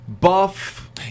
buff